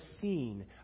seen